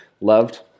loved